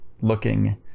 looking